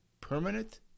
permanent